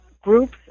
groups